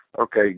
Okay